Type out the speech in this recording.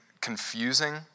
confusing